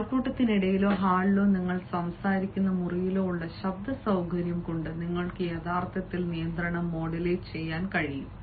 ആൾക്കൂട്ടവും ഹാളിലോ നിങ്ങൾ സംസാരിക്കുന്ന മുറിയിലോ ഉള്ള ശബ്ദ സൌകര്യവും കൊണ്ട് നിങ്ങൾക്ക് യഥാർത്ഥത്തിൽ നിയന്ത്രണം മോഡുലേറ്റ് ചെയ്യാൻ കഴിയും